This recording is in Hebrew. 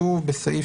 כתוב בסעיף